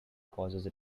causes